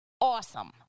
awesome